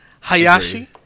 Hayashi